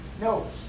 No